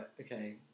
okay